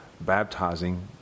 baptizing